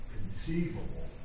conceivable